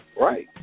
Right